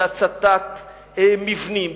בהצתת מבנים,